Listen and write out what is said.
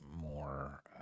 more